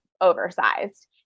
oversized